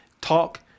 talk